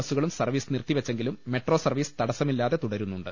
ബസുകളും സർവ്വീസ് നിർത്തിവെ ച്ചെങ്കിലും മെട്രോ സർവ്വീസ് തടസ്സമില്ലാതെ തുടരുന്നുണ്ട്